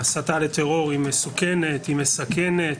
ההסתה לטרור היא מסוכנת, היא מסכנת.